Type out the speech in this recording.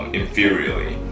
inferiorly